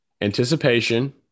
Anticipation